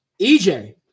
EJ